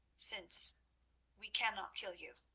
since we cannot kill you.